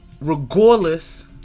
regardless